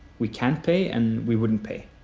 we can't pay and we wouldn't pay.